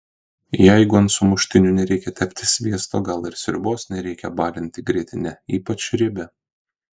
jeigu ant sumuštinių nereikia tepti sviesto gal ir sriubos nereikia balinti grietine ypač riebia